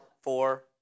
four